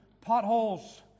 Potholes